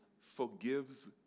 forgives